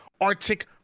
arctic